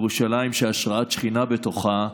ירושלים שהשראת שכינה בתוכה,